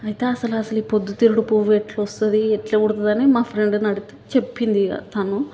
అయితే అసలసల ఈ పొద్దు తిరుగుడుపువ్వు ఎట్లా వస్తుంది ఎట్లా పుడుతుందని మా ఫ్రెండ్ని అడిగితే చెప్పింది తను